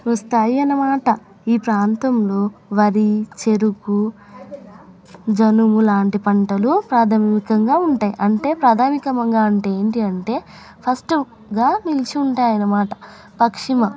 వస్తాయి అన్నమాట ఈ ప్రాంతంలో వరి చెరుకు జనుము ఇలాంటి పంటలు ప్రాథమికంగా ఉంటాయి అంటే ప్రాథమికంగా అంటే ఏంటి అంటే ఫస్ట్గా నిలిచి ఉంటాయి అన్నమాట పశ్చిమ